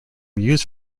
used